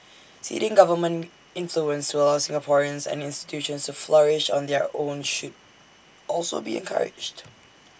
ceding government influence to allow Singaporeans and institutions flourish on their own should also be encouraged